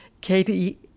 Katie